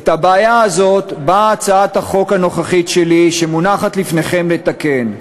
את הבעיה הזאת באה הצעת החוק הנוכחית שלי שמונחת לפניכם לתקן,